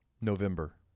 November